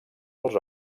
als